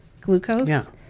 glucose